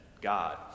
God